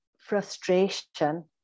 frustration